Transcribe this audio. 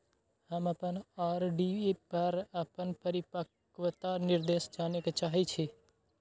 हम अपन आर.डी पर अपन परिपक्वता निर्देश जाने के चाहि छी